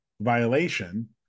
violation